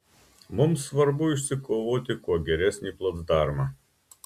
mums svarbu išsikovoti kuo geresnį placdarmą